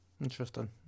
interesting